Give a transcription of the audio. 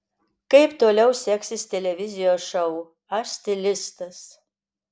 kaip toliau seksis televizijos šou aš stilistas